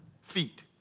feet